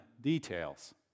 details